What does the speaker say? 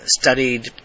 studied